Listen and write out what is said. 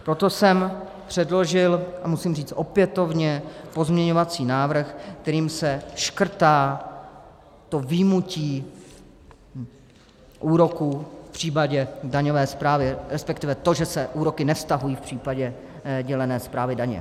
Proto jsem předložil, a musím říct opětovně, pozměňovací návrh, kterým se škrtá to vyjmutí úroku v případě daňové správy, resp. to, že se úroky nevztahují v případě dělené správy daně.